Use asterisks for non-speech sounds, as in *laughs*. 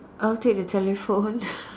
I'll take the telephone *laughs*